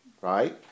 right